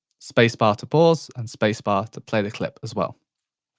space bar to pause, and space bar to play the clip as well.